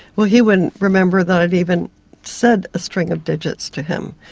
well, he wouldn't remember that i had even said a string of digits to him.